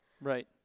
Right